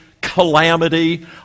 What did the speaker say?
calamity